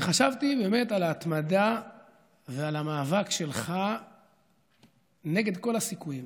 וחשבתי באמת על ההתמדה ועל המאבק שלך נגד כל הסיכויים.